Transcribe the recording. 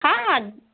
हाँ हाँ